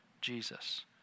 Jesus